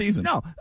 No